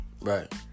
Right